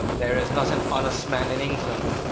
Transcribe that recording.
there is not an honest man in england,